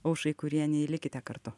aušrai kurienei likite kartu